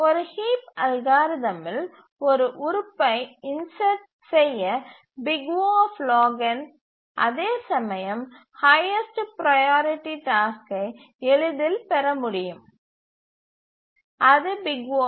ஒரு ஹீப் அல்காரிதமில் ஒரு உறுப்பைச் இன்சர்ட் செய்ய O அதேசமயம் ஹைஎஸ்ட் ப்ரையாரிட்டி டாஸ்க்கை எளிதில் பெற முடியும் அது O